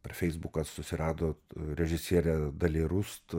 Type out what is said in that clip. per feisbuką susirado režisierė dali rust